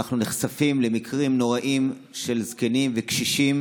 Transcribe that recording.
אנחנו נחשפים למקרים נוראיים של זקנים וקשישים